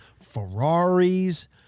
Ferraris